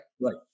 right